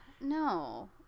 no